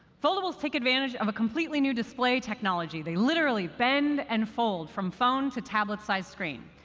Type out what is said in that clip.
foldables take advantage of completely new display technology. they literally bend and fold from phone to tablet-sized screen.